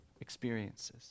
experiences